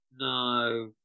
No